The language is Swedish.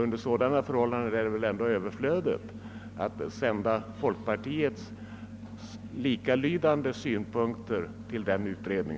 Under sådana förhållanden är det väl ändå överflödigt att sända folkpartiets motioner med likalydande synpunkter till denna utredning.